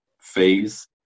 phase